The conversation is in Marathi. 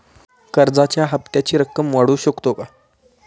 कर्जाच्या हप्त्याची रक्कम वाढवू शकतो का?